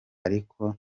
ariko